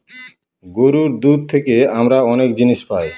গরুর দুধ থেকে আমরা অনেক জিনিস পায়